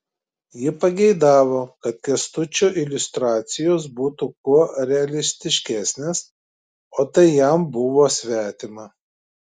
ji pageidavo kad kęstučio iliustracijos būtų kuo realistiškesnės o tai jam buvo svetima